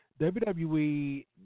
WWE